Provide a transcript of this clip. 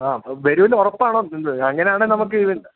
ആ വരുമല്ലോ ഉറപ്പാണോ അത് അങ്ങനെയാണെങ്കില് നമുക്ക്